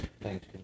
Thanks